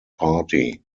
party